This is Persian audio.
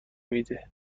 میده